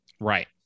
right